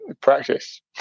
practice